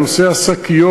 על נושא השקיות,